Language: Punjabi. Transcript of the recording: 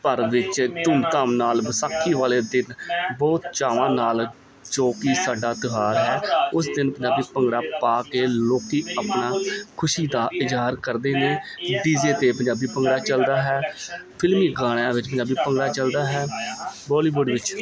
ਭਰ ਵਿੱਚ ਧੂੰਮ ਧਾਮ ਨਾਲ ਵਿਸਾਖੀ ਵਾਲੇ ਦਿਨ ਬਹੁਤ ਚਾਵਾਂ ਨਾਲ ਜੋ ਕਿ ਸਾਡਾ ਤਿਉਹਾਰ ਹੈ ਉਸ ਦਿਨ ਪੰਜਾਬੀ ਭੰਗੜਾ ਪਾ ਕੇ ਲੋਕੀ ਆਪਣਾ ਖੁਸ਼ੀ ਦਾ ਇਜਹਾਰ ਕਰਦੇ ਨੇ ਡੀਜੇ 'ਤੇ ਪੰਜਾਬੀ ਭੰਗੜਾ ਚਲਦਾ ਹੈ ਫਿਲਮੀ ਗਾਣਿਆਂ ਵਿੱਚ ਪੰਜਾਬੀ ਭੰਗੜਾ ਚਲਦਾ ਹੈ ਬੋਲੀਵੁੱਡ ਵਿੱਚ